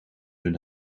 hun